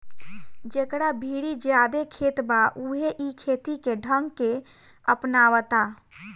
जेकरा भीरी ज्यादे खेत बा उहे इ खेती के ढंग के अपनावता